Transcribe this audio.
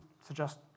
suggest